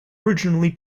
originally